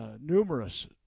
numerous